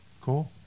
Cool